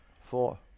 four